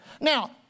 Now